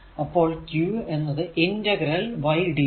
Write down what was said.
അപ്പോൾ q എന്നതി integral ydt